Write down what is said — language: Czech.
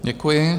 Děkuji.